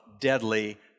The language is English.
deadly